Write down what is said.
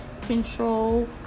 control